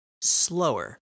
slower